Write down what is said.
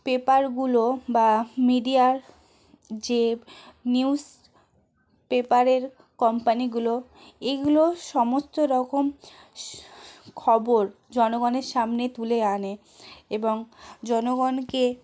পেপারগুলো বা মিডিয়ার যে নিউস পেপারের কম্পানিগুলো এগুলো সমস্ত রকম খবর জনগণের সামনে তুলে আনে এবং জনগণকে